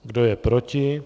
Kdo je proti?